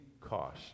cost